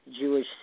Jewish